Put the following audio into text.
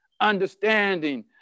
understanding